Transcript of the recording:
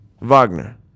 Wagner